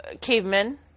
cavemen